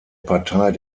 partei